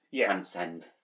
transcend